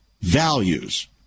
values